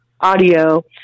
audio